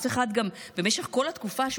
במשך כל התקופה,